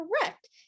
correct